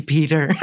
Peter